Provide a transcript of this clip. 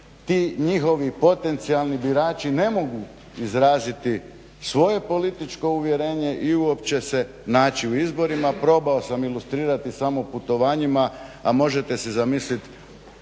ti njihovi potencijalni birači ne mogu izraziti svoje političko uvjerenje i uopće se naći u izborima. Probao sam ilustrirati samo putovanjima, a možete si zamisliti